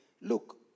look